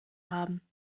haben